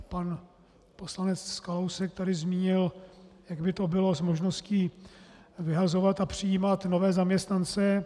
Pan poslanec Kalousek tady zmínil, jak by to bylo s možností vyhazovat staré a přijímat nové zaměstnance.